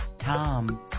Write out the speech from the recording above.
Tom